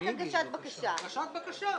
הגשת בקשה.